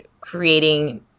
creating